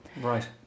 Right